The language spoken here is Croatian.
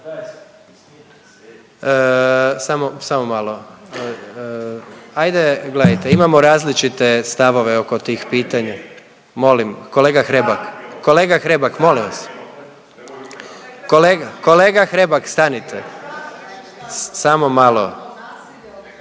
Samo malo. Hajde gledajte imamo različite stavove oko tih pitanja. Molim? Kolega Hrebak, molim vas. Kolega Hrebak stanite. Samo malo./…